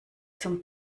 zum